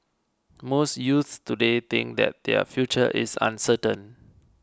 most youths today think that their future is uncertain